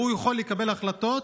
הוא יכול לקבל החלטות